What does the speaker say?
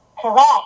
Correct